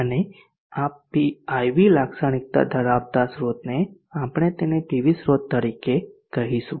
અને આવા IV લાક્ષણિકતા ધરાવતા સ્રોતને આપણે તેને પીવી સ્રોત તરીકે કહીશું